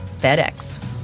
FedEx